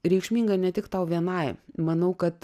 reikšminga ne tik tau vienai manau kad